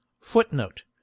Footnote